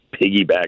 piggyback